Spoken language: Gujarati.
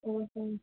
હંહં